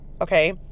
okay